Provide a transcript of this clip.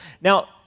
Now